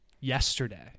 yesterday-